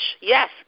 Yes